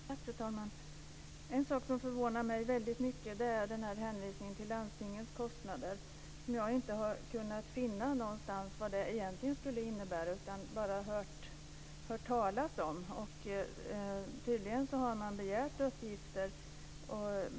Fru talman! En sak som förvånar mig väldigt mycket är den här hänvisningen till landstingets kostnader. Jag har inte kunnat finna någonstans vad det egentligen skulle innebära. Jag har bara hört talas om det. Tydligen har man begärt fram uppgifter.